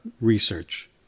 research